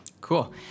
Cool